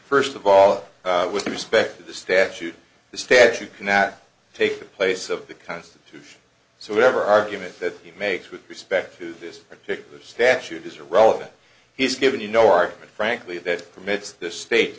first of all with respect to the statute the statute cannot take the place of the constitution so whatever argument that you make with respect to this particular statute is irrelevant he's given you no argument frankly that permits this state